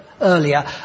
Earlier